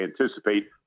anticipate